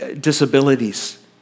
disabilities